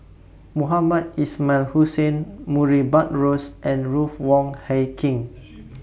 Mohamed Ismail Hussain Murray Buttrose and Ruth Wong Hie King